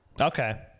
Okay